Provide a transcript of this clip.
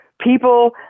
people